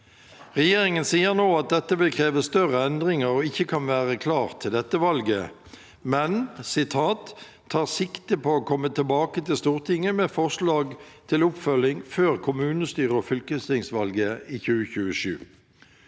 Regjeringen sier nå at dette vil kreve større endringer og ikke kan være klart til dette valget, men at den «tar sikte på å komme tilbake til Stortinget med forslag til oppfølging før kommunestyre- og fylkestingsvalget i 2027».